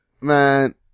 man